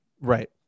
right